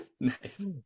Nice